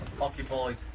Occupied